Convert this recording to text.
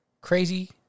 crazy